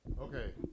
Okay